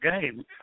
game